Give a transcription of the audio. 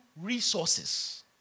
resources